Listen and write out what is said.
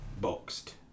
boxed